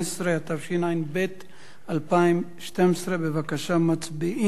15), התשע"ב 2012. בבקשה, מצביעים.